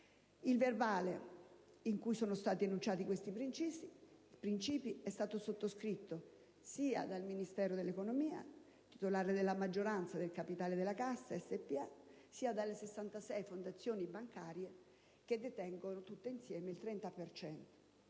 Il verbale in cui sono stati enunciati questi principi è stato sottoscritto sia dal Ministero dell'economia, titolare della maggioranza del capitale della Cassa SpA, sia dalle 66 fondazioni bancarie che detengono tutte insieme il 30